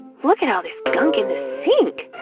look at all this gunk in the sink!